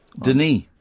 Denis